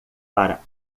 para